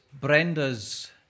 Brenda's